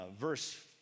verse